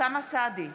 אוסאמה סעדי,